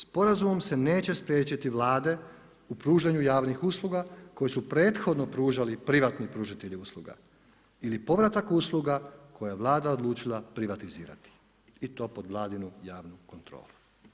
Sporazumom se neće spriječiti Vlade u pružanju javnih usluga koje su prethodno pružali privatni pružatelju usluga ili povratak usluga koje je Vlada odlučila privatizirati i to pod Vladinu javnu kontrolu.